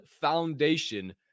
foundation